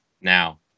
now